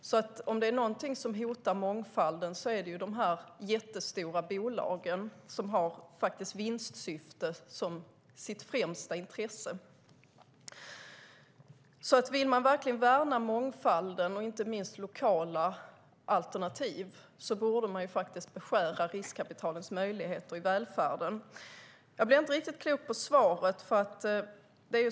Är det någonting som hotar mångfalden är det de jättestora bolagen, som har vinstsyftet som sitt främsta intresse. Vill man verkligen värna mångfalden och inte minst lokala alternativ borde man beskära riskkapitalets möjligheter i välfärden. Jag blir inte riktigt klok på svaret.